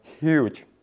huge